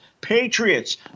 patriots